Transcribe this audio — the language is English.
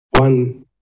One